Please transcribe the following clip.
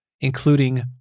including